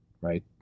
right